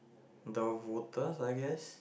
the waters I guess